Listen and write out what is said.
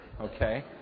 okay